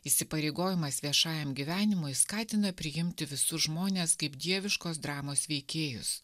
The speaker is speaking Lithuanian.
įsipareigojimas viešajam gyvenimui skatina priimti visus žmones kaip dieviškos dramos veikėjus